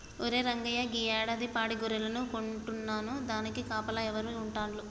ఒరే రంగయ్య గీ యాడాది పాడి గొర్రెలను కొంటున్నాను దానికి కాపలాగా ఎవరు ఉంటాల్లు